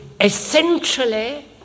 essentially